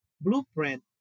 blueprint